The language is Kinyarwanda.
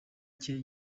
cye